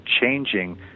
Changing